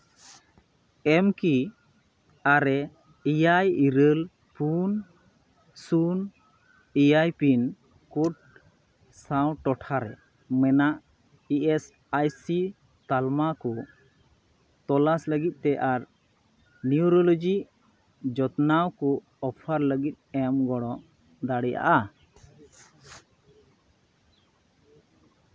ᱮᱢ ᱠᱤ ᱟᱨᱮ ᱮᱭᱟᱭ ᱤᱨᱟᱹᱞ ᱯᱩᱱ ᱥᱩᱱ ᱮᱭᱟᱭ ᱯᱤᱱ ᱠᱳᱰ ᱥᱟᱶ ᱴᱚᱴᱷᱟ ᱨᱮ ᱢᱮᱱᱟᱜ ᱤ ᱮᱹᱥ ᱟᱭ ᱥᱤ ᱛᱟᱞᱢᱟ ᱠᱚ ᱛᱚᱞᱟᱥ ᱞᱟᱹᱜᱤᱫ ᱛᱮ ᱱᱤᱭᱩᱨᱳᱞᱚᱡᱤ ᱡᱚᱛᱱᱟᱣ ᱠᱚ ᱚᱯᱷᱟᱨ ᱞᱟᱹᱜᱤᱫ ᱮᱢ ᱜᱚᱲᱚ ᱫᱟᱲᱮᱭᱟᱜᱼᱟ